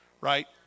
Right